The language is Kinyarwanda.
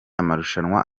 amarushanwa